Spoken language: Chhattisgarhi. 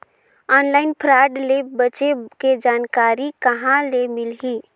ऑनलाइन फ्राड ले बचे के जानकारी कहां ले मिलही?